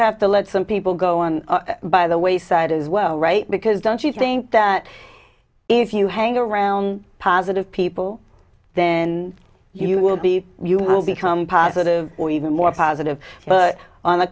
have to lead some people go on by the wayside as well right because don't you think that if you hang around positive people then you will be you will become part of or even more positive but on the